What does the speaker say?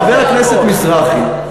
חבר הכנסת מזרחי,